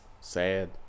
Sad